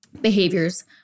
behaviors